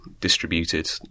distributed